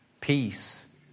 peace